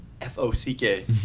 F-O-C-K